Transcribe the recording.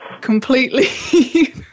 completely